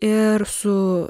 ir su